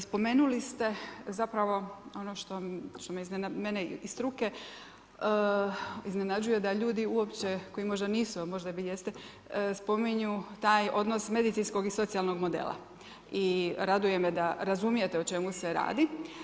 Spomenuli ste zapravo što mene iz struke iznenađuje da ljudi uopće koji možda nisu, ali možda vi jeste spominju taj odnos medicinskog i socijalnog modela i raduje me da razumijete o čemu se radi.